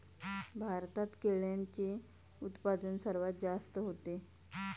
भारतात केळ्यांचे उत्पादन सर्वात जास्त होते